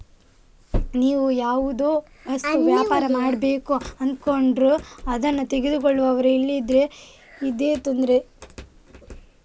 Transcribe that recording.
ನೀವು ಯಾವುದೋ ವಸ್ತು ವ್ಯಾಪಾರ ಮಾಡ್ಬೇಕು ಅಂದ್ಕೊಂಡ್ರು ಅದ್ನ ತಗೊಳ್ಳುವವರು ಇಲ್ದಿದ್ರೆ ಇದೇ ತೊಂದ್ರೆ